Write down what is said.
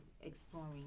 exploring